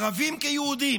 ערבים כיהודים.